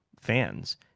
fans